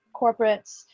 corporates